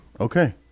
Okay